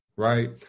right